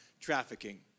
trafficking